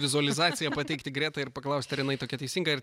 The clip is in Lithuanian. vizualizaciją pateikti gretai ir paklausti ar jinai tokia teisinga ir